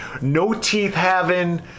no-teeth-having